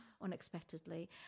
unexpectedly